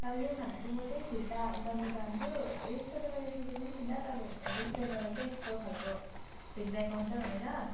अब यो खाना चाहिँ म चाहिँ फिर्ता गर्न चाहन्छु यस्तो चाहिँ मैले सोचेको पनि थिइनँ तपाईँहरूको रेस्टुरेन्टबाट चाहिँ यस्तो खालको फिडब्याक आउँछ भनेर